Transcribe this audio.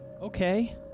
Okay